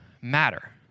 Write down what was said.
matter